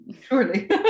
Surely